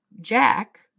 Jack